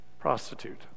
prostitute